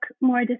more